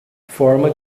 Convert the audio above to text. forma